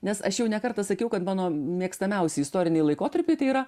nes aš jau ne kartą sakiau kad mano mėgstamiausi istoriniai laikotarpiai tai yra